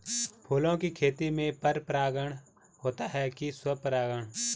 फूलों की खेती में पर परागण होता है कि स्वपरागण?